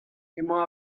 emañ